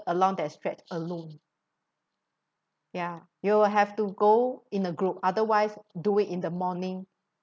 along that stretch alone ya you will have to go in a group otherwise do it in the morning